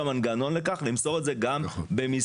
מנגנון לכך - למסור את זה גם במסרון.